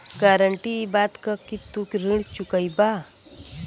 guarantee इ बात क कि तू ऋण चुकइबा